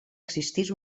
existís